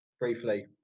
briefly